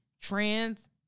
trans